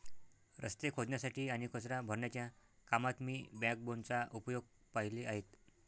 रस्ते खोदण्यासाठी आणि कचरा भरण्याच्या कामात मी बॅकबोनचा उपयोग पाहिले आहेत